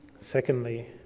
Secondly